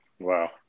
Wow